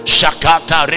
Shakata